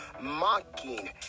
mocking